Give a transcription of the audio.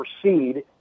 proceed